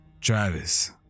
Travis